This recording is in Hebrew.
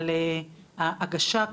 אבל לגבי ההגשה,